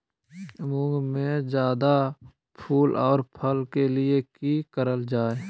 मुंग में जायदा फूल और फल के लिए की करल जाय?